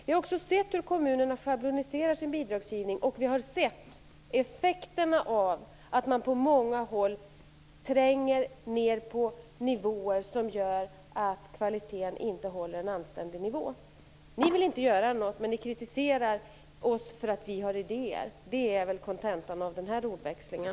Vi har också sett hur kommunerna schabloniserar sin bidragsgivning, och vi har sett effekterna av att man på många håll tränger ned på nivåer som gör att kvaliteten inte håller en anständig nivå. Ni vill inte göra något, men ni kritiserar oss för att vi har idéer - det är kontentan av den här ordväxlingen.